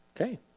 Okay